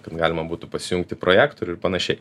kad galima būtų pasijungti projektorių ir panašiai